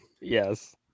yes